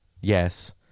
yes